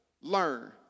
learn